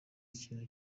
ikintu